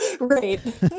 Right